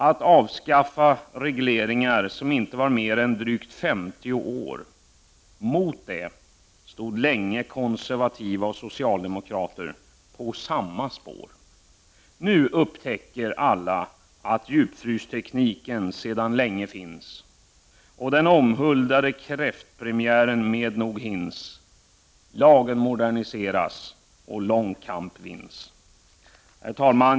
Att avskaffa regleringar som inte var mer än drygt femtio år, mot det stod länge konservativa och socialdemokrater på samma spår. Nu upptäcker alla att djupfrysningstekniken sedan länge finns, och den omhuldade kräftpremiären med nog hinns. Lagen moderniseras, och lång kamp vinns. Herr talman!